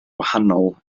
wahanol